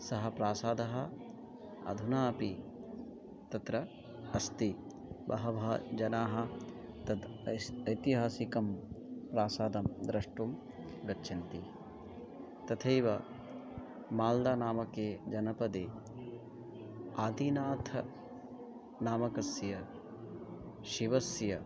सः प्रासादः अधुनापि तत्र अस्ति बहवः जनाः तत् ऐस् ऐतिहासिकं प्रासादं द्रष्टुं गच्छन्ति तथैव माल्दनामके जनपदे आदिनाथनामकस्य शिवस्य